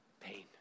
pain